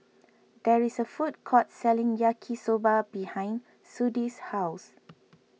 there is a food court selling Yaki Soba behind Sudie's house